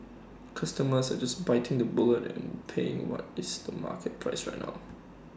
customers are just biting the bullet and paying what is the market price right now